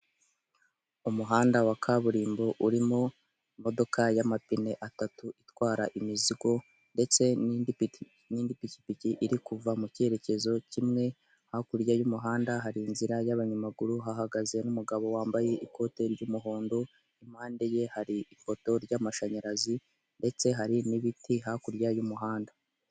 Umuhanda wa kaburimbo urimo imodoka y'amapine atatu itwara imizigo ndetse n'indi pikipiki iri kuva mu cyerekezo kimwe hakurya y'umuhanda hari inzira y'abanyamaguru hahagaze n'umugabo wambaye ikote ry'umuhondo impande ye hari ipoto ry'amashanyarazi ndetse hari n'ibiti hakurya y'umuhanda.